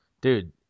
Dude